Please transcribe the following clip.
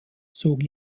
zog